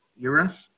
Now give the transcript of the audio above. era